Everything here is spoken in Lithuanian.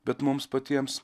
bet mums patiems